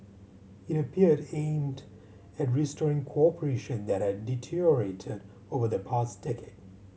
it appeared aimed at restoring cooperation that had deteriorated over the past decade